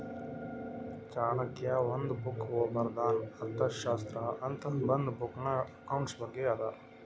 ಚಾಣಕ್ಯ ಒಂದ್ ಬುಕ್ ಬರ್ದಾನ್ ಅರ್ಥಶಾಸ್ತ್ರ ಅಂತ್ ಇದು ಬುಕ್ನಾಗ್ ಅಕೌಂಟ್ಸ್ ಬಗ್ಗೆ ಅದಾ